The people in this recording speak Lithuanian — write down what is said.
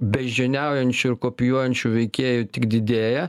beždžioniaujančių ir kopijuojančių veikėjų tik didėja